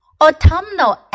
Autumnal